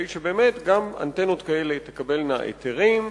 זאת על מנת שגם אנטנות כאלה תקבלנה היתרים.